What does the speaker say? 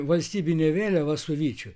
valstybinė vėliava su vyčiu